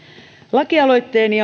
lakialoitteeni